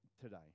today